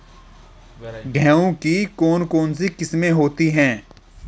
गेहूँ की कौन कौनसी किस्में होती है?